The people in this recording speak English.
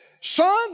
son